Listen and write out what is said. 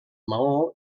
maó